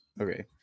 Okay